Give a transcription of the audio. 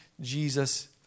Jesus